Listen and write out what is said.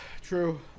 true